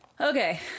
Okay